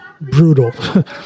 Brutal